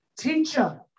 Teacher